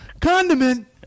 condiment